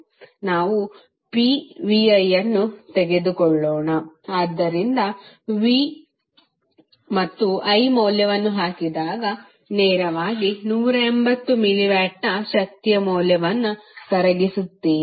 ನಾವು pvi ಅನ್ನು ತೆಗೆದುಕೊಳ್ಳೋಣ ಆದ್ದರಿಂದ ನೀವು v ಮತ್ತು i ಮೌಲ್ಯವನ್ನು ಹಾಕಿದಾಗ ನೇರವಾಗಿ 180 ಮಿಲಿವಾಟ್ನ ಶಕ್ತಿಯ ಮೌಲ್ಯವನ್ನು ಕರಗಿಸುತ್ತೀರಿ